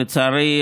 לצערי,